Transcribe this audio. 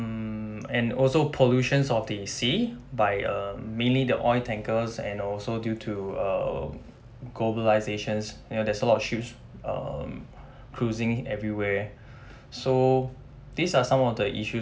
and also pollutions of the sea by um mainly the oil tankers and also due to uh globalisations ya there's a lot of ships um cruising everywhere so these are some of the issues